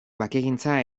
bakegintza